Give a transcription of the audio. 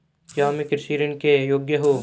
क्या मैं कृषि ऋण के योग्य हूँ?